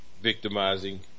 victimizing